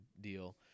deal